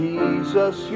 Jesus